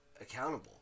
accountable